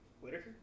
Whitaker